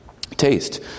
taste